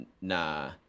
nah